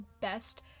best